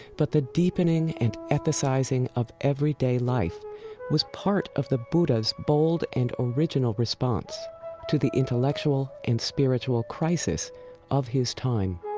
but the deepening and ethicizing of everyday life was part of the buddha's bold and original response to the intellectual and spiritual crisis of his time